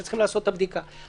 שצריכים לעשות את הבדיקה.